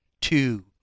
two